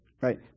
Right